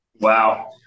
Wow